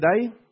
today